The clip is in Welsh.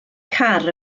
car